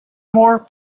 more